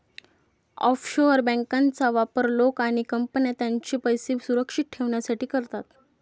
offshore बँकांचा वापर लोक आणि कंपन्या त्यांचे पैसे सुरक्षित ठेवण्यासाठी करतात